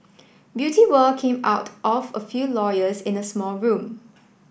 beauty world came out of a few lawyers in a small room